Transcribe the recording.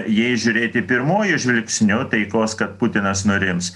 jei žiūrėti pirmuoju žvilgsniu taikos kad putinas nurims